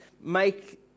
make